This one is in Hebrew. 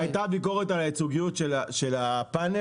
הייתה ביקורת על הייצוגיות של הפאנל,